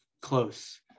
close